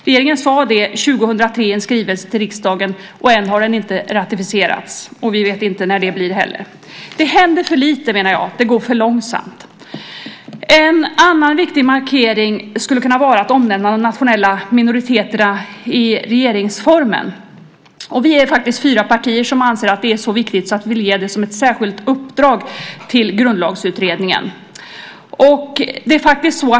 Regeringen sade det i en skrivelse till riksdagen 2003, men ännu har den inte ratificerats, och vi vet inte heller när det blir. Jag menar att det händer för lite. Det går för långsamt. En annan viktig markering skulle kunna vara att omnämna de nationella minoriteterna i regeringsformen. Vi är faktiskt fyra partier som anser att det är så viktigt så att vi vill ge detta som ett särskilt uppdrag till Grundlagsutredningen.